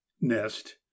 Nest